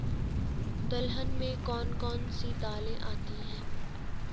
दलहन में कौन कौन सी दालें आती हैं?